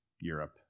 Europe